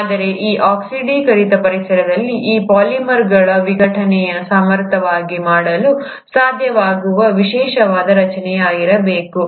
ಆದರೆ ಈಗ ಈ ಆಕ್ಸಿಡೀಕೃತ ಪರಿಸರದಲ್ಲಿ ಈ ಪಾಲಿಮರ್ಗಳ ವಿಘಟನೆಯನ್ನು ಸಮರ್ಥವಾಗಿ ಮಾಡಲು ಸಾಧ್ಯವಾಗುವ ವಿಶೇಷವಾದ ರಚನೆಯಿರಬೇಕು